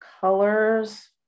colors